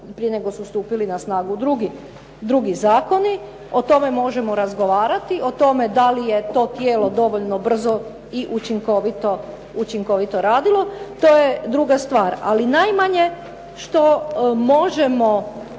prije nego su stupili na snagu drugi zakoni, o tome možemo razgovarati, o tome da li je to tijelo dovoljno brzo i učinkovito, učinkovito radilo, to je druga stvar. Ali najmanje što možemo